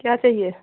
क्या चाहिए